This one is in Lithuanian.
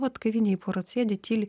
vat kavinėj pora sėdi tyli